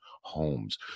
homes